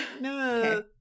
No